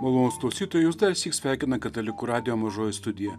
malonūs klausytojai jus darsyk sveikina katalikų radijo mažoji studija